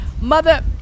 Mother